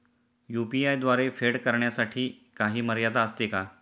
UPI द्वारे फेड करण्यासाठी काही मर्यादा असते का?